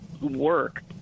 work